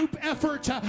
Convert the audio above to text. effort